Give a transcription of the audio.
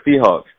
Seahawks